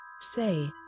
say